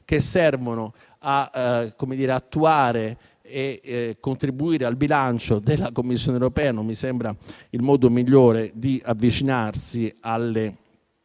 che servono a contribuire al bilancio della Commissione europea. Non mi sembra il modo migliore di avvicinarsi alle